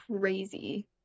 crazy